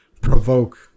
provoke